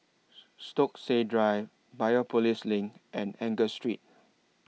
Stokesay Drive Biopolis LINK and Angus Street